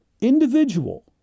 individual